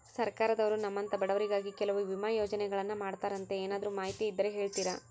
ಸರ್ಕಾರದವರು ನಮ್ಮಂಥ ಬಡವರಿಗಾಗಿ ಕೆಲವು ವಿಮಾ ಯೋಜನೆಗಳನ್ನ ಮಾಡ್ತಾರಂತೆ ಏನಾದರೂ ಮಾಹಿತಿ ಇದ್ದರೆ ಹೇಳ್ತೇರಾ?